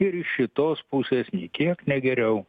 ir iš šitos pusės nei kiek ne geriau